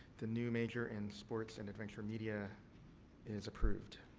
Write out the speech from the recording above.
the new major in sports and adventure media is approved.